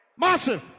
Massive